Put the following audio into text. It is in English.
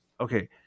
okay